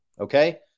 okay